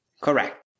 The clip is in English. Correct